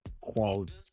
quality